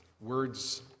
words